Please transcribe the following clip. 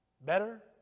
Better